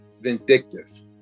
vindictive